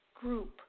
group